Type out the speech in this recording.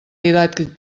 didàctic